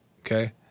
okay